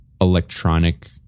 electronic